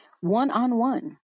one-on-one